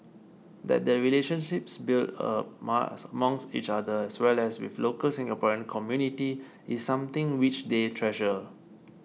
that the relationships built up amongst each other as well as with local Singaporean community is something which they treasure